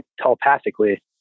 telepathically